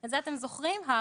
את זה אתם זוכרים הר"י?